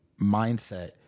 mindset